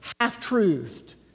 half-truthed